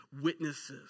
witnesses